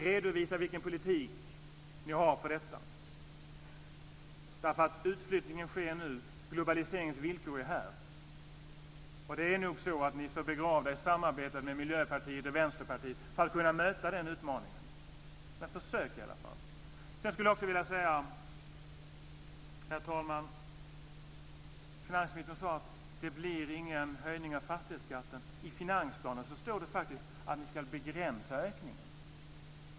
Redovisa vilken politik ni har för detta! Utflyttningen sker nämligen nu, och globaliseringens villkor är här. Det är nog så att ni är för begravda i samarbetet med Miljöpartiet och Vänsterpartiet för att kunna möta den utmaningen. Men försök i alla fall! Herr talman! Finansministern sade att det inte blir någon höjning av fastighetsskatten. I finansplanen står det faktiskt att ni ska begränsa ökningen.